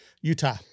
Utah